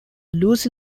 lucy